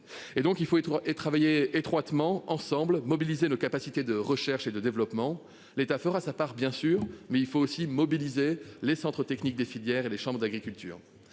et donc il faut être et travailler étroitement ensemble, mobiliser nos capacités de recherche et de développement. L'État fera sa part bien sûr mais il faut aussi mobiliser les centres techniques des filières et les chambres d'agriculture.